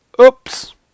oops